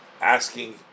asking